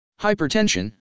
hypertension